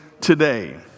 today